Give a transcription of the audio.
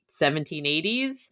1780s